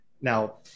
Now